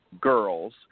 girls